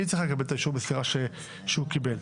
היא צריכה לקבל את אישור המסירה שהוא קיבל.